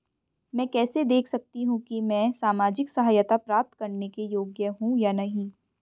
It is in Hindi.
मैं कैसे देख सकती हूँ कि मैं सामाजिक सहायता प्राप्त करने के योग्य हूँ या नहीं?